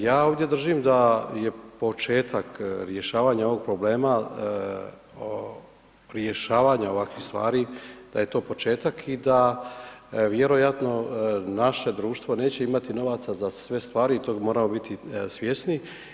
Ja ovdje držim da je početak rješavanja ovog problema rješavanja ovakvih stvari, da je to početak i da vjerojatno naše društvo neće imati novaca za sve stvari i toga moramo biti svjesni.